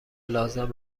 لازم